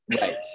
Right